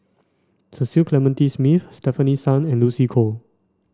Cecil Clementi Smith Stefanie Sun and Lucy Koh